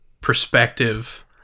perspective